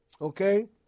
okay